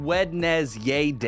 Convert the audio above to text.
Wednesday